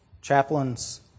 chaplains